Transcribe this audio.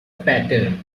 pattern